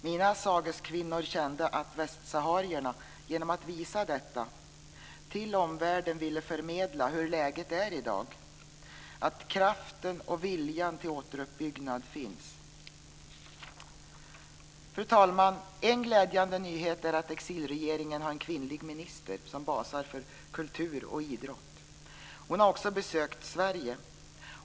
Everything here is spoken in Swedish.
Mina sageskvinnor kände att västsaharierna genom att visa detta ville förmedla till omvärlden hur läget är i dag, att kraften och viljan till återuppbyggnad finns. Fru talman! En glädjande nyhet är att exilregeringen har en kvinnlig minister som basar för kultur och idrott. Hon har också besökt Sverige.